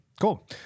Cool